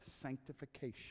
sanctification